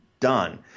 done